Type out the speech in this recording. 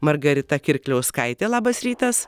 margarita kirkliauskaitė labas rytas